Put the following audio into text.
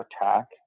attack